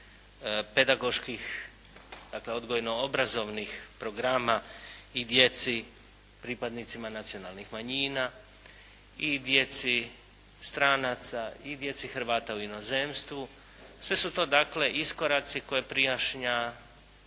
pedagoških, dakle odgojno-obrazovnih programa i djeci pripadnicima nacionalnih manjina i djeci stranaca i djeci Hrvata u inozemstvu. Sve su to, dakle iskoraci koje prijašnja